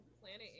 planet